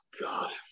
God